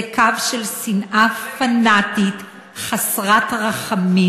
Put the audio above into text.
זה קו של שנאה פנאטית חסרת רחמים.